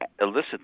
Elicit